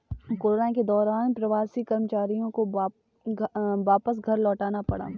corona के दौरान प्रवासी कर्मचारियों को वापस घर लौटना पड़ा